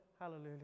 Hallelujah